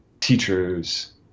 teachers